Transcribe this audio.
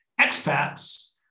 expats